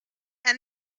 and